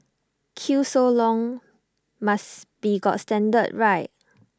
queue so long must be got standard right